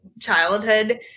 childhood